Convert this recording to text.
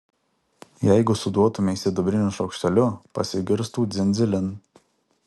jeigu suduotumei sidabriniu šaukšteliu pasigirstų dzin dzilin